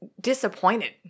disappointed